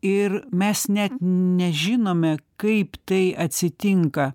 ir mes net nežinome kaip tai atsitinka